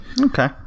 Okay